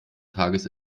tages